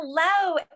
Hello